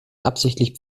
absichtlich